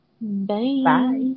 Bye